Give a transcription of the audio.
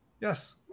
Yes